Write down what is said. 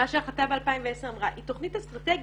מה שאמרה ההחלטה ב-2010, היא תוכנית אסטרטגית